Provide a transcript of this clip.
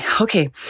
okay